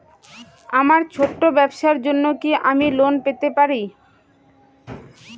আমার ছোট্ট ব্যাবসার জন্য কি আমি লোন পেতে পারি?